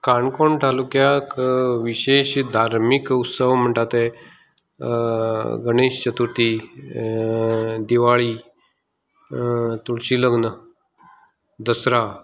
काणकोण तालुक्याक विशेश धार्मीक उत्सव म्हणटा ते गणेश चतुर्थी दिवाळी तुळशी लग्न दसरा